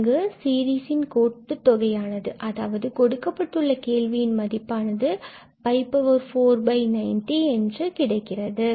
இங்கு சீரிஸின் கூட்டு தொகையானது அதாவது கொடுக்கப்பட்டுள்ள கேள்வியின் மதிப்பானது 490 என்று கிடைக்கிறது